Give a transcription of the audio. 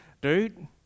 dude